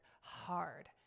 hard